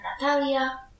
Natalia